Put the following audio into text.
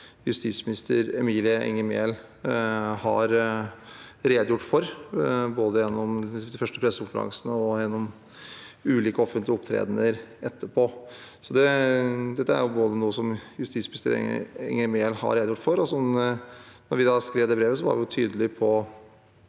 justisminister Emilie Mehl har redegjort for, både gjennom de første pressekonferansene og gjennom ulike offentlige opptredener etterpå. Så dette er noe som justisminister Mehl har redegjort for, og da vi skrev det brevet, var vi tydelig på